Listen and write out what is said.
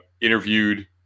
interviewed